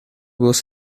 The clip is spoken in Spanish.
voz